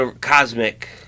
Cosmic